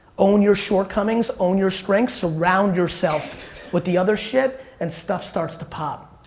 own your shortcomings, own your strengths, surround yourself with the other shit, and stuff starts to pop.